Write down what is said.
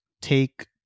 take